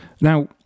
Now